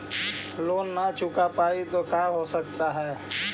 Loan न चुका पाई तो का हो सकता है?